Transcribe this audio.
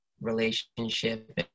relationship